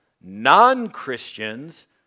non-Christians